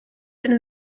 eine